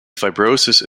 fibrosis